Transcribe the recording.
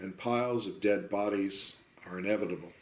and piles of dead bodies are inevitable